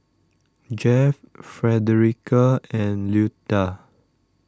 Jeff Frederica and Luetta